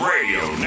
Radio